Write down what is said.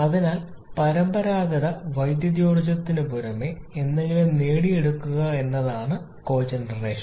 അതിനാൽ പരമ്പരാഗത വൈദ്യുതോർജ്ജത്തിനുപുറമെ എന്തെങ്കിലും നേടിയെടുക്കുക എന്നതാണ് കോജെനറേഷൻ